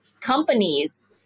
companies